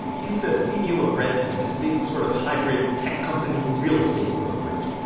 he's the ceo of redfin, this big sort of hybrid tech-company real estate brokerage.